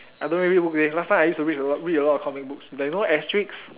I don't really read books leh last time I used to read a lot read a lot of comic books you know Asterix